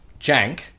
Jank